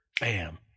Bam